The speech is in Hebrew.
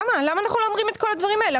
למה אנחנו לא אומרים את כל הדברים האלה?